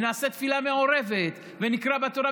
נעשה תפילה מעורבת ונקרא בתורה,